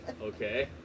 Okay